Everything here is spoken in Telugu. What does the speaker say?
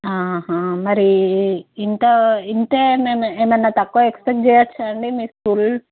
ఆహా మరి ఇంత ఇంతే మేమే ఏమన్నా తక్కువ ఎక్స్పెక్ట్ చేయవచ్చా అండి మీ స్కూల్